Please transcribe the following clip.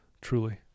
truly